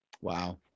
Wow